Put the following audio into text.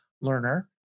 learner